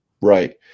right